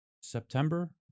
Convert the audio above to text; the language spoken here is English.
September